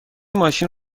ماشین